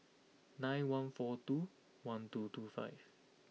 nine one four two one two two five